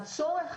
הצורך,